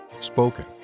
spoken